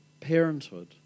parenthood